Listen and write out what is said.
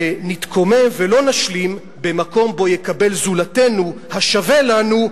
אך נתקומם ולא נשלים במקום בו יקבל זולתנו השווה לנו,